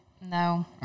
No